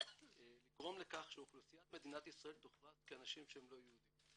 לגרום לכך שאוכלוסיית מדינת ישראל תוכרז כאנשים שהם לא יהודים.